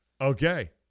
Okay